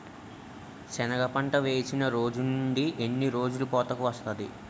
సెనగ పంట వేసిన రోజు నుండి ఎన్ని రోజుల్లో కోతకు వస్తాది?